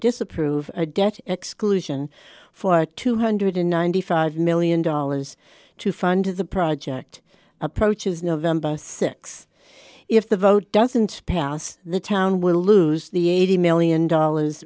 disapprove a debt exclusion for two hundred and ninety five million dollars to fund the project approaches november six if the vote doesn't pass the town will lose the eighty million dollars